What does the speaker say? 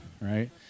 right